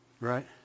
Right